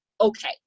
okay